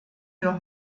wir